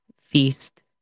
feast